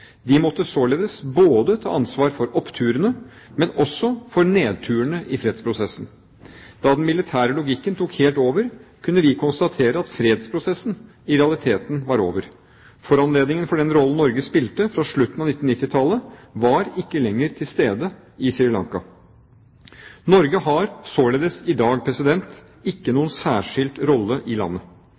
De måtte således både ta ansvar for oppturene og for nedturene i fredsprosessen. Da den militære logikken tok helt over, kunne vi konstatere at fredsprosessen i realiteten var over. Foranledningen for den rollen Norge spilte fra slutten av 1990-tallet, var ikke lenger til stede i Sri Lanka. Norge har således i dag ikke noen særskilt rolle i landet.